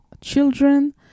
children